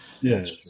Yes